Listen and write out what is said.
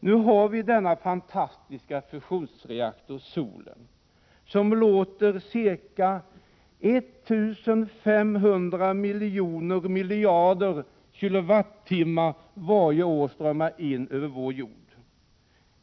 Nu har vi denna fantastiska fusionsreaktor — solen — som låter 1 500 miljoner miljarder kWh varje år strömma in över vår jord.